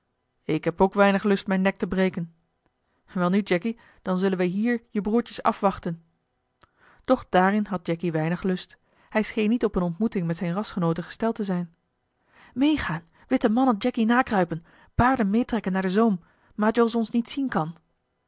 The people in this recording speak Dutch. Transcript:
ik heb ook weinig lust mijn nek te breken welnu jacky dan zullen we hier je broertjes afwachten eli heimans willem roda doch daarin had jacky weinig lust hij scheen niet op eene ontmoeting met zijne rasgenooten gesteld te zijn mee gaan witte mannen jacky nakruipen paarden meetrekken naar den zoom majols ons niet zien kan